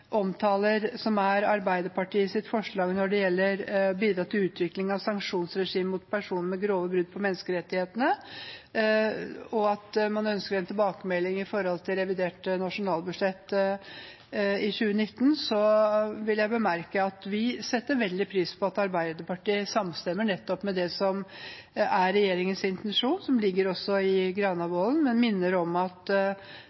omtaler som går på Arbeiderpartiets forslag når det gjelder å bidra til utvikling av et sanksjonsregime mot personer for grove brudd på menneskerettighetene, og at en ønsker en tilbakemelding i revidert nasjonalbudsjett i 2019. Jeg vil bemerke at vi setter veldig pris på at Arbeiderpartiet samstemmer i det som er regjeringens intensjon, som også ligger i Granavolden, men minner om at den regjeringsplattformen faktisk er ment å gjelde også